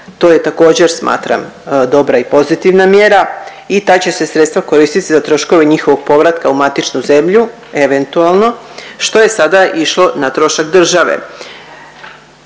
To također smatram dobra i pozitivna mjera i ta će se sredstva koristiti za troškove njihovog povratka u matičnu zemlju eventualno što je sada išlo na trošak države.